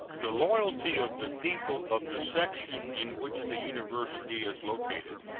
the loyalty of the people of the section in which the university is located,